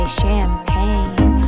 champagne